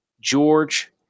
George